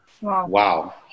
Wow